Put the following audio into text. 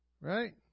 right